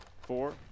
four